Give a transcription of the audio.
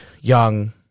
young